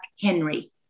Henry